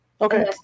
Okay